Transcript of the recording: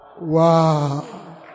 Wow